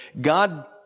God